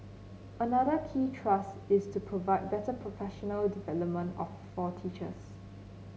another key thrust is to provide better professional development of for teachers